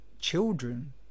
children